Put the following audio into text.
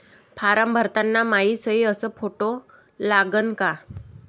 Form भरताना मायी सयी अस फोटो लागन का?